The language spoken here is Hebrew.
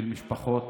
של משפחות